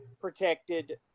protected